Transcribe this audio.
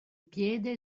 piede